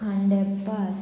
Khandepar